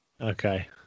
Okay